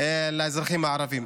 לאזרחים הערבים.